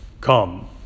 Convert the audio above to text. come